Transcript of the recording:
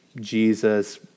Jesus